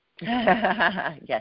Yes